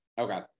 Okay